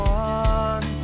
one